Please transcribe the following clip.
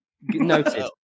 Noted